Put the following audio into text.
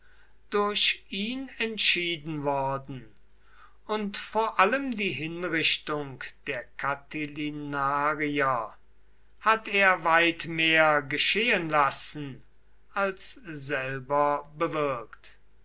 durch ihn entschieden worden und vor allem die hinrichtung der catilinarier hat er weit mehr geschehen lassen als selber bewirkt